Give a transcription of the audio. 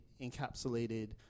encapsulated